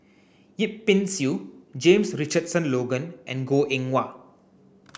Yip Pin Xiu James Richardson Logan and Goh Eng Wah